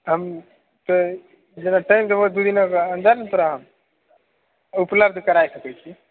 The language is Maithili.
हम तऽ अगर टाइम देबहो दू दिनाके अन्दर तोरा हम उपलव्ध कराय सकै छी